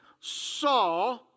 saw